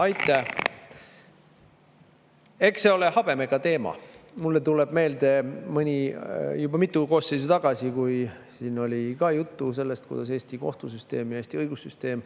Aitäh! Eks see ole habemega teema. Mulle tuleb meelde, et juba mitu koosseisu tagasi, kui siin oli ka juttu sellest, kuidas Eesti kohtusüsteem, Eesti õigussüsteem